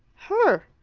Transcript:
her.